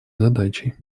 задачей